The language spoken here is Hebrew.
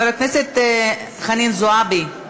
חברת הכנסת חנין זועבי,